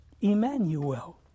Emmanuel